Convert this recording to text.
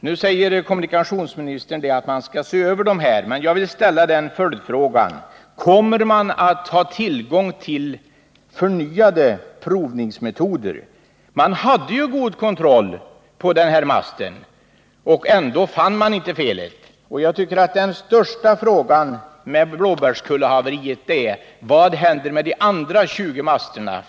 Nu säger kommunikationsministern att man skall se över masterna, men jag vill ställa en följdfråga: Kommer man att ha tillgång till nya och bättre provningsmetoder? Man hade ju god kontroll av den här masten och ändå fann man inte felet. Jag tycker alltså att den viktigaste frågan i anslutning till masthaveriet på Blåbärskullen är: Vad händer med de andra 20 masterna?